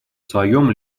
своем